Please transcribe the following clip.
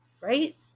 right